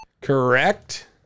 Correct